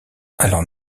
alors